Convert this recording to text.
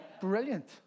Brilliant